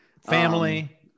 Family